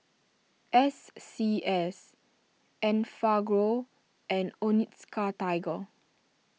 S C S Enfagrow and Onitsuka Tiger